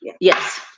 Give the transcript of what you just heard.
Yes